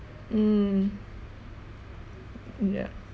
mm ya